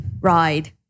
ride